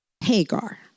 Hagar